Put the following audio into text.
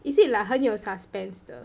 is it like 很有 suspense 的